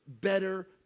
better